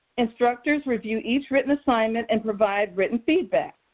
instructors review each written assignment and provide written feedback.